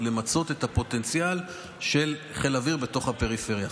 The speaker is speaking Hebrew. למצות את הפוטנציאל של חיל האוויר בתוך הפריפריה.